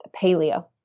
paleo